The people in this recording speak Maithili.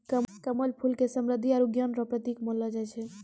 कमल फूल के समृद्धि आरु ज्ञान रो प्रतिक मानलो जाय छै